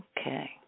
Okay